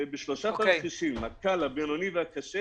בשלושה חודשים, הקל הבינוני והקשה: